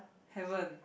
haven't